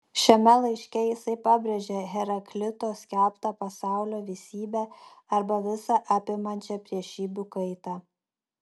šiame laiške jis pabrėžia heraklito skelbtą pasaulio visybę arba visą apimančią priešybių kaitą